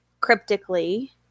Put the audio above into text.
cryptically